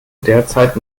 derzeit